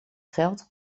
geld